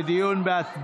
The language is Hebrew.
התשפ"ב 2022,